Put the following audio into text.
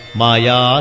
maya